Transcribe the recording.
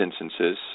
instances